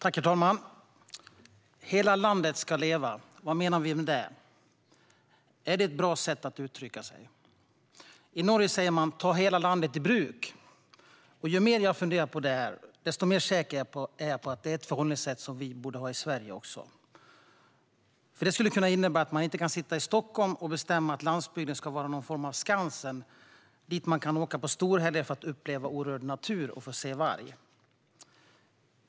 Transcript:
Herr talman! Hela landet ska leva! Vad menar vi med det? Är det ett bra sätt att uttrycka sig? I Norge säger man: Ta hela landet i bruk! Ju mer jag funderar på det, desto mer säker blir jag på att det är ett förhållningssätt vi i Sverige också borde ha. Det skulle innebära att man inte kan sitta i Stockholm och bestämma att landsbygden ska vara någon form av Skansen dit man kan åka på storhelger för att uppleva orörd natur och se varg.